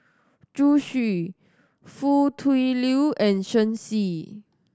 Zhu Xu Foo Tui Liew and Shen Xi